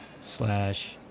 slash